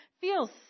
feels